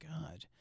God